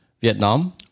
Vietnam